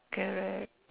correct